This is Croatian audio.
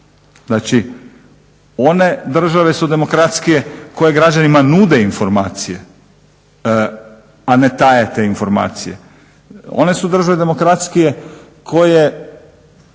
Znači one države su demokratskije koje građanima nude informacije, a ne taje te informacije. One su države demokratskije koje